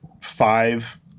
five